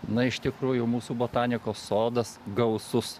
na iš tikrųjų mūsų botanikos sodas gausus